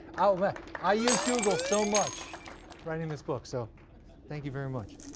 ah but i used google so much writing this book, so thank you very much.